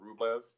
Rublev